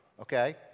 okay